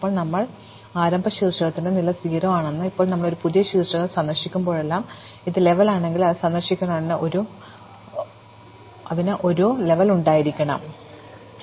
എപ്പോൾ ഞങ്ങൾ ആരംഭ ശീർഷകത്തിന്റെ നില 0 ആണെന്ന് പറയുന്നു ഇപ്പോൾ നമ്മൾ ഒരു പുതിയ ശീർഷകം സന്ദർശിക്കുമ്പോഴെല്ലാം അത് ലെവലാണെങ്കിൽ അത് സന്ദർശിക്കുകയാണെങ്കിൽ അതിന് ഒരു ഉണ്ടായിരിക്കണം ലെവൽ